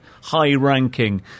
high-ranking